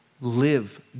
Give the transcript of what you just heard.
live